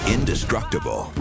Indestructible